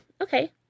Okay